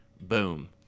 Boom